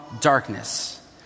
darkness